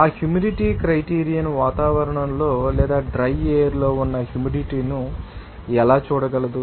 ఆ humidity criterion వాతావరణంలో లేదా డ్రై ఎయిర్ లో ఉన్న హ్యూమిడిటీను ఎలా చూడగలదు